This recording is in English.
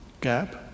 gap